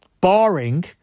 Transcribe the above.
Barring